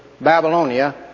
Babylonia